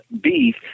beef